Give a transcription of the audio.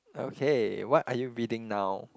okay what are you reading now